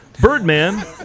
Birdman